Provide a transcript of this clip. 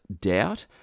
doubt